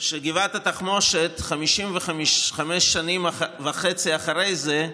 שגבעת התחמושת, 55 שנים וחצי אחרי זה,